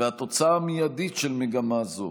והתוצאה המיידית של מגמה זו